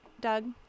Doug